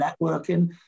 networking